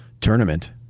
tournament